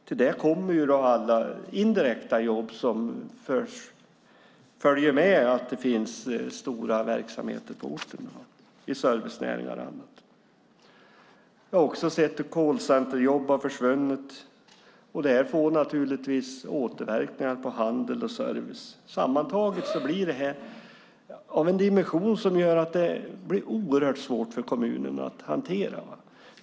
Till det kommer alla indirekta jobb som följer med att det finns stora verksamheter på orten i servicenäringar och annat. Callcenterjobb har försvunnit. Det får naturligtvis återverkningar på handel och service. Sammantaget blir det av en dimension som gör att det blir oerhört svårt för kommunen att hantera.